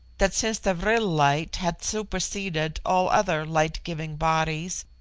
that since the vril light had superseded all other light-giving bodies,